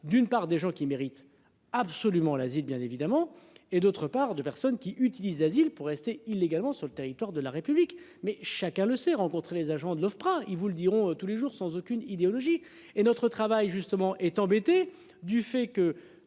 d'une part des gens qui méritent absolument l'asile bien évidemment et d'autre part de personnes qui utilisent asile pour rester illégalement sur le territoire de la République, mais chacun le sait, rencontrer les agents de l'Ofpra, ils vous le diront tous les jours sans aucune idéologie et notre travail justement est embêté du fait que